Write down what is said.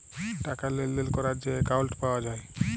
টাকা লেলদেল ক্যরার যে একাউল্ট পাউয়া যায়